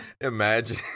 imagine